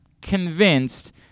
convinced